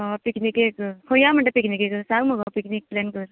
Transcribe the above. पिकनीकेक खंय या म्हण्टा पिकनीकेक सांग मगो पिकनीक प्लॅन कर